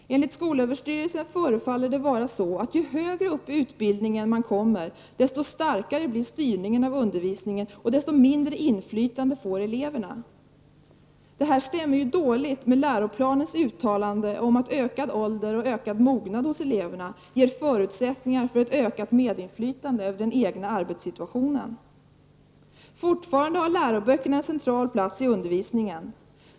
Enligt skolöverstyrelsen förefaller det vara så att ju högre upp i utbildningen man kommer, desto starkare blir styrningen av undervisningen och desto mindre inflytande får eleverna. Detta överensstämmer dåligt med läroplanens uttalande om att ökad ålder och mognad hos eleverna ger förutsättningar för ett ökat medinflytande över den egna arbetssituationen. Läroböckerna har fortfarande en central plats i undervisningen.